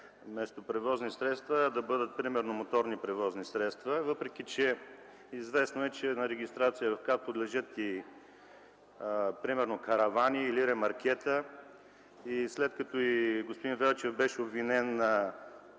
вместо „превозни средства” да бъдат „моторни превозни средства”, въпреки че е известно, че на регистрация в КАТ подлежат и каравани или ремаркета, след като и господин Велчев беше обвинен в